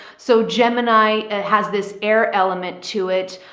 so gemini has this air element to it.